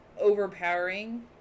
overpowering